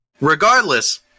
Regardless